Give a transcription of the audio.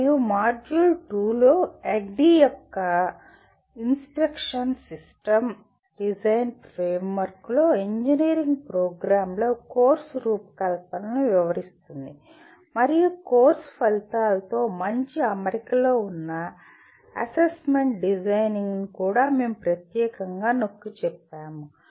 మరియు మాడ్యూల్ 2 లో ADDIE యొక్క ఇన్స్ట్రక్షనల్ సిస్టమ్ డిజైన్ ఫ్రేమ్వర్క్లో ఇంజనీరింగ్ ప్రోగ్రామ్లో కోర్సు రూపకల్పనను వివరిస్తుంది మరియు కోర్సు ఫలితాలతో మంచి అమరికలో ఉన్న అసెస్మెంట్ డిజైనింగ్ను కూడా మేము ప్రత్యేకంగా నొక్కిచెప్పాము